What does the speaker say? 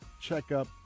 checkup